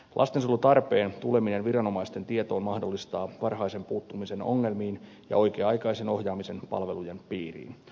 lastensuojelutarpeen tuleminen viranomaisten tietoon mahdollistaa varhaisen puuttumisen ongelmiin ja oikea aikaisen ohjaamisen palvelujen piiriin